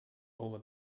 over